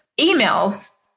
emails